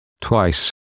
twice